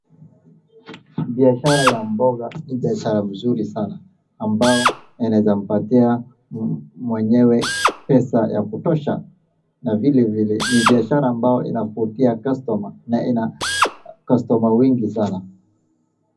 Biashara ya mboga ni biashara mzuri sana, ambayo inaweza mpatia mwenyewe pesa ya kutosha na vilevile ni biashara ambayo inavutia customer na ina customer wengi sana.